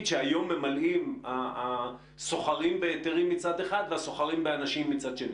שהיום ממלאים הסוחרים בהיתרים מצד אחד והסוחרים באנשים מצד שני?